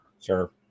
Sure